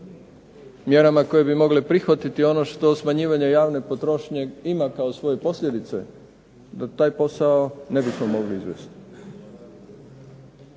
mjerama koje bi mogle prihvatiti ono što smanjivanje javne potrošnje ima kao svoje posljedice, da taj posao ne bismo mogli …/Ne